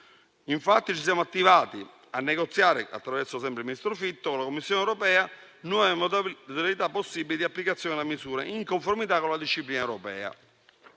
Infatti ci siamo attivati per negoziare, sempre attraverso il ministro Fitto, con la Commissione europea nuove modalità possibili di applicazione della misura, in conformità con la disciplina europea.